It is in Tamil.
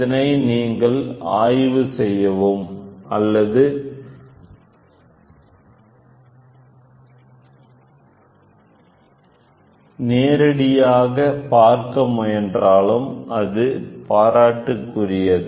இதனை நீங்கள் ஆய்வு செய்யவும் அல்லது பிசிகல் ஆக பார்க்க முயன்றாலும் அதுவும் பாராட்டிற்குரியது